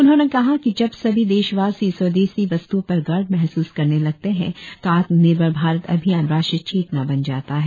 उन्होंने कहा कि जब सभी देशवासी स्वदेशी वस्त्ओं पर गर्व महसूस करने लगते हैं तो आत्म निर्भर भारत अभियान राष्ट्रीय चेतना बन जाता है